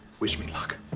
wish me luck.